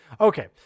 Okay